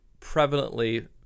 prevalently